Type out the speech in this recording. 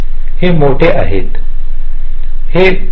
हे मोठे आहे ते 5